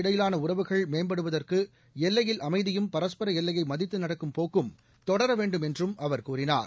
இடையிலானஉறவுகள் இருநாடுகளுக்கு மேம்படுவதற்குஎல்லையில் அமைதியும் பரஸ்பரஎல்லையைமதித்துநடக்கும் போக்கும் தொடரவேண்டும் என்றும் அவர் கூறினார்